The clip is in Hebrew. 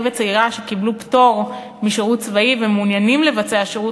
וצעירה שקיבלו פטור משירות צבאי ומעוניינים לבצע שירות